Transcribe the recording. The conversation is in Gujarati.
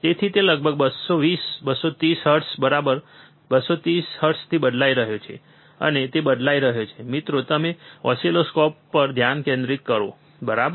તેથી તે લગભગ 220 230 હર્ટ્ઝ બરાબર 230 હર્ટ્ઝથી બદલાઈ રહ્યો છે અને તે બદલાઇ રહ્યો છે મિત્રો તમે ઓસિલોસ્કોપ પર ધ્યાન કેન્દ્રિત કરો છો બરાબર